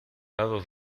lado